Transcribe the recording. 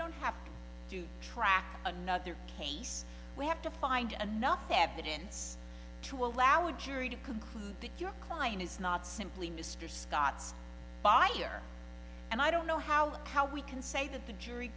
don't have to track another case we have to find and nothing evidence to allow a jury to conclude that your client is not simply mr scott's by ear and i don't know how how we can say that the jury